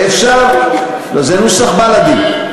זה נוסח בלאדי.